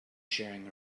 sharing